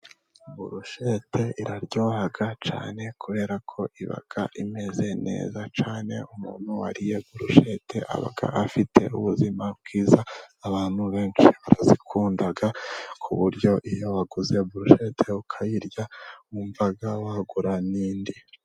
Burushete iraryoha cyane, kubera ko iba imeze neza cyane, umuntu wariye burushete aba afite ubuzima bwiza, abantu benshi barazikunda ku buryo iyo waguze burushete ukayirya wumva wagura n'indi.